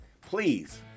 Please